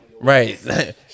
right